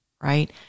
right